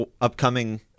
upcoming